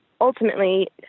ultimately